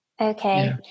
Okay